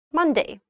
Monday